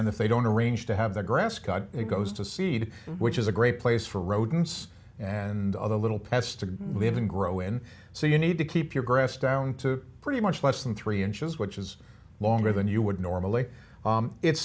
that they don't arrange to have the grass cut it goes to seed which is a great place for rodents and other little pests to live and grow in so you need to keep your grass down to pretty much less than three inches which is longer than you would normally it's